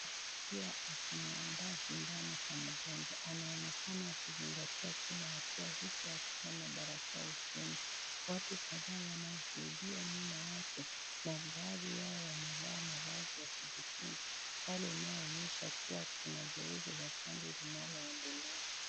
Nasi akimwandaa sindano kwa mgonjwa. Anaonekana akizingatia kila hatua huku akiwa na barakoa usoni. Watu kadhaa wanaoshuhudia nyuma yake na baadhi yao wamevaa mavazi ya kujikinga. Hali inaonyesha kuwa kuna zoezi la chanjo linaloendelea.